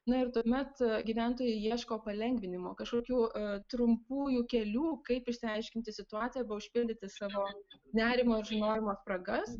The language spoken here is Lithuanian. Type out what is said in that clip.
na ir tuomet gyventojai ieško palengvinimo kažkokių trumpųjų kelių kaip išsiaiškinti situaciją arba užpildyti savo nerimą ir žinojimo spragas